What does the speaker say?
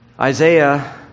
Isaiah